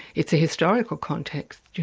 it's a historical context, you